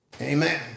Amen